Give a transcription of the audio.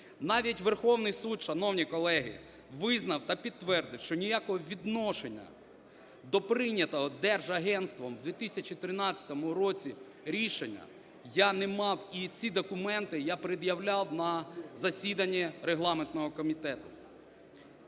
Навіть Верховний Суд, шановні колеги, визнав та підтвердив, що ніякого відношення до прийнятого Держагентством в 2013 році рішення я не мав, і ці документи я пред'являв на засіданні регламентного комітету.